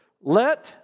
Let